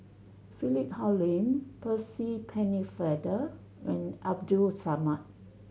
Philip Hoalim Percy Pennefather and Abdul Samad